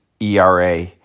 ERA